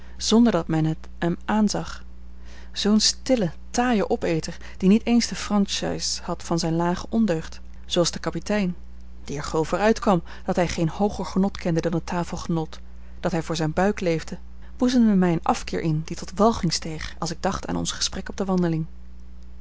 zonder dat men het hem aanzag zoo'n stille taaie opeter die niet eens de franchise had van zijn lage ondeugd zooals de kapitein die er gul voor uitkwam dat hij geen hooger genot kende dan het tafelgenot dat hij voor zijn buik leefde boezemde mij een afkeer in die tot walging steeg als ik dacht aan ons gesprek op de wandeling